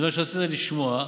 זה מה שרצית לשמוע,